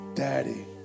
Daddy